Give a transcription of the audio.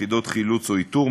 יחידות חילוץ או איתור,